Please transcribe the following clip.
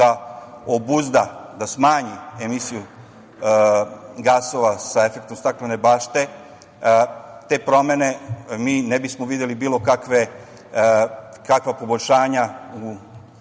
da obuzda, da smanji emisiju gasova sa efektom staklene bašte, te promene mi ne bismo videli bilo kakva poboljšanja